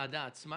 הוועדה עצמה,